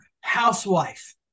housewife